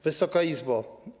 Wysoka Izbo!